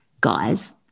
guys